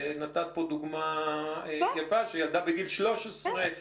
נתת פה דוגמה יפה של ילדה בגיל 13,